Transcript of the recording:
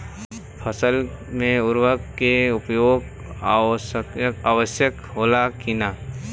फसल में उर्वरक के उपयोग आवश्यक होला कि न?